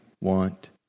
want